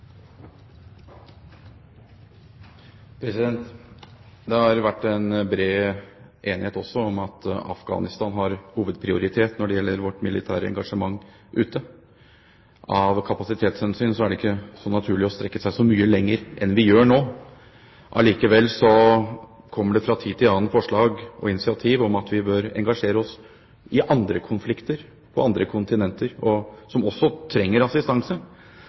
det ikke naturlig å strekke seg så mye lenger enn vi gjør nå. Allikevel kommer det fra tid til annen forslag og initiativ som handler om at vi bør engasjere oss i konflikter på andre kontinenter som også trenger assistanse.